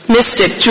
Mystic